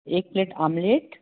एक plate omelette